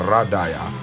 Radaya